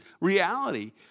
reality